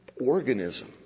organism